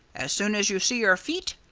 as soon as you see your feet,